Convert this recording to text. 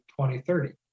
2030